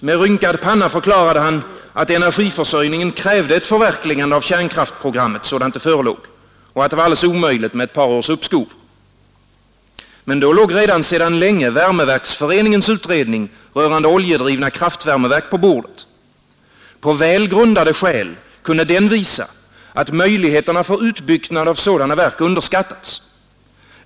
Med rynkad panna förklarade han att energiförsörjningen krävde ett förverkligande av kärnkraftprogrammet sådant det förelåg, att det var alldeles omöjligt med ett par års uppskov. Men då låg redan sedan länge värmeverksföreningens utredning rörande oljedrivna kraftvärmeverk på bordet. Med väl grundade skäl kunde den visa att möjligheterna för utbyggnad av sådana verk underskattats.